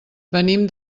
venim